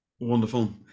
Wonderful